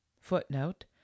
footnote